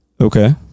Okay